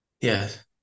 Yes